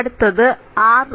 അടുത്തത് r ഉദാഹരണം r 3